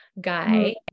guy